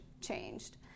changed